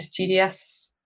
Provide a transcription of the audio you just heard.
GDS